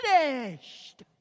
finished